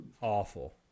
Awful